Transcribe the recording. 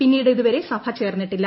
പിന്നീട് ഇതുവരെ സഭ ചേർന്നിട്ടില്ല